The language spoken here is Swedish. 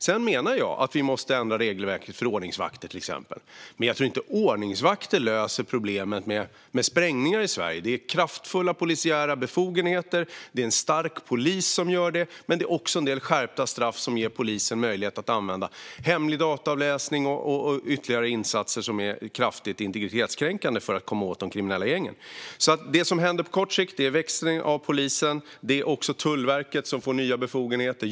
Sedan menar jag att vi exempelvis måste ändra regelverket för ordningsvakter. Men jag tror inte att ordningsvakter löser problemet med sprängningar i Sverige. För att komma åt de kriminella gängen krävs kraftfulla polisiära befogenheter och en stark polis, men också en del skärpta straff som ger polisen möjlighet att använda hemlig dataavläsning och ytterligare insatser som är kraftigt integritetskränkande. Det som händer på kort sikt är att polisen växer och att Tullverket får nya befogenheter.